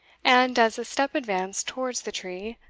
and, as a step advanced towards the tree,